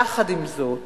יחד עם זאת,